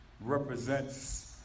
represents